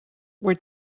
were